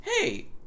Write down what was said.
hey